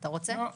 לא.